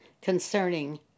concerning